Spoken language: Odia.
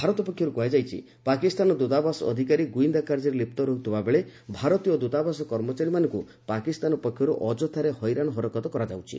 ଭାରତ ପକ୍ଷରୁ କୁହାଯାଇଛି ପାକିସ୍ତାନ ଦୂତାବାସ ଅଧିକାରୀ ଗୁଇନ୍ଦା କାର୍ଯ୍ୟରେ ଲିପ୍ତ ରହୁଥିବା ବେଳେ ଭାରତୀୟ ଦୂତାବାସ କର୍ମଚାରୀମାନଙ୍କୁ ପାକିସ୍ତାନ ପକ୍ଷରୁ ଅଯଥାରେ ହଇରାଣ ହରକତ କରାଯାଉଛି